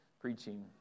preaching